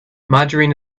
margarine